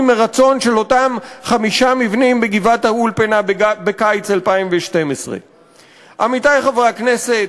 מרצון של אותם חמישה מבנים בגבעת-האולפנה בקיץ 2012. עמיתי חברי הכנסת,